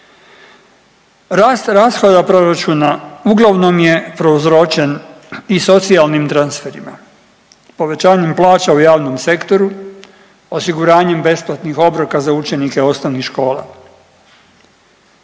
Rast rashoda proračuna uglavnom je prouzročen i socijalnim transferima. Povećanjem plaća u javnom sektoru, osiguranjem besplatnih obroka za učenike osnovnih škola.